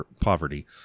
poverty